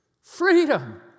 Freedom